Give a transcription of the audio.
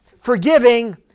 forgiving